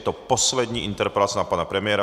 Je to poslední interpelace na pana premiéra.